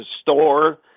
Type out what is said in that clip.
store